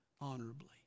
honorably